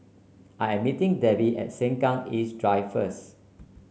I am meeting Debby at Sengkang East Drive first